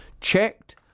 checked